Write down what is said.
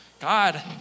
God